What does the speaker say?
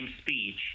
speech